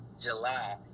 July